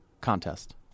contest